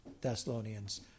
Thessalonians